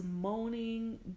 moaning